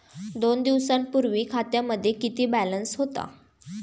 दोन दिवसांपूर्वी खात्यामध्ये किती बॅलन्स होता?